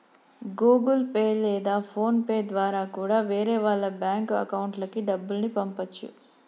Google Pay లేదా PhonePe ద్వారా కూడా వేరే వాళ్ళ బ్యేంకు అకౌంట్లకి డబ్బుల్ని పంపచ్చు